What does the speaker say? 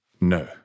No